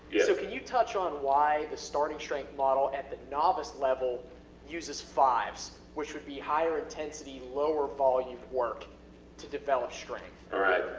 yeah so can you touch on why the starting strength model at the novice level uses fives? which would be higher intensity, lower volume work to develop strength. alright,